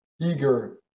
eager